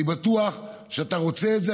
אני בטוח שאתה רוצה את זה.